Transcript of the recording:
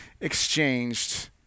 exchanged